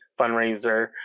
fundraiser